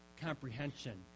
comprehension